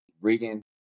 Regan